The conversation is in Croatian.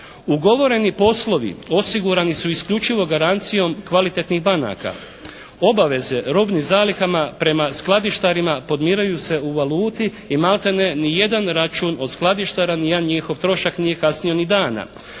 Ugovoreni poslovi osigurani su isključivo garancijom kvalitetnih banaka, obaveze robnim zalihama prema skladištarima podmiruju se u valuti maltene ni jedan račun od skladištara, ni jedan njihov trošak nije kasnio ni dana.